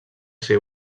ser